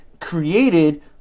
created